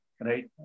right